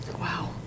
Wow